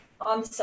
on